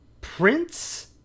Prince